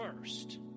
first